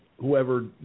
whoever